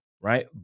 Right